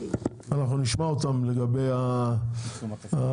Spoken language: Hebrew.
אנחנו נשמע אותם לגבי העיצומים,